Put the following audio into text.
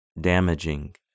damaging